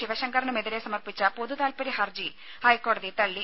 ശിവശങ്കറിനുമെതിരെ സമർപ്പിച്ച പൊതു താല്പര്യ ഹർജി ഹൈക്കോടതി തള്ളി